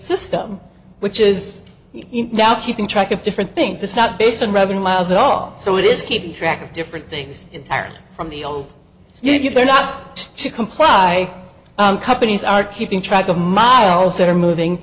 system which is now keeping track of different things it's not based on revenue miles at all so it is keeping track of different things entirely from the old you get there not to comply companies are keeping track of the miles that are moving